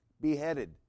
beheaded